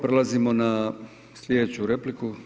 Prelazimo na slijedeću repliku.